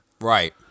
Right